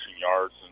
yards